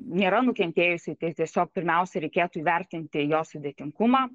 nėra nukentėjusiųjų tai tiesiog pirmiausia reikėtų įvertinti jo sudėtingumą